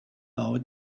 our